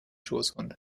schoßhund